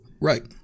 Right